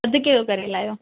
अधु किलो करे लायो